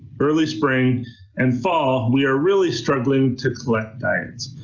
early spring and fall, we are really struggling to collect diets.